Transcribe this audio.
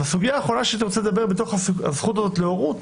הסוגיה האחרונה שהייתי רוצה לדבר עליה בתוך הזכות הזו להורות